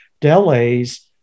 delays